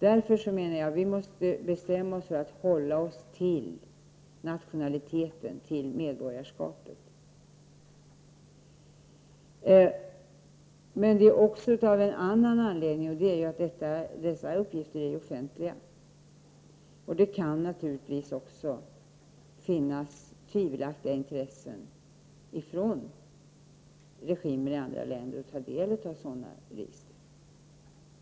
Därför måste vi bestämma oss för att hålla oss till nationaliteten, till medborgarskapet. Det finns också en annan anledning till detta, och det är att dessa uppgifter är offentliga. Regimer i andra länder kan naturligtvis ha tvivelaktiga intressen av att ta del av sådana register